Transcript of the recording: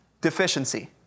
deficiency